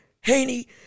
Haney